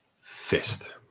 FIST